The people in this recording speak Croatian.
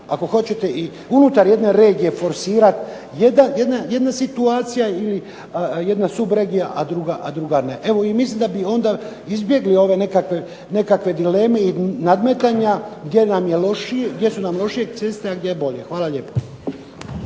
ako hoćete i unutar jedne regije forsirati jedna situacija ili jedna subregija, a druga ne. Evo i mislim da bi onda izbjegli ove nekakve dileme i nadmetanja gdje su nam lošije ceste, a gdje bolje. Hvala lijepo.